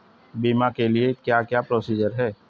बीमा के लिए क्या क्या प्रोसीजर है?